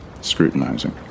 scrutinizing